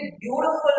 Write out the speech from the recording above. beautiful